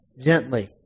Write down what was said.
gently